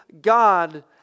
God